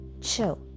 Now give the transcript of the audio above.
chill